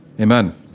amen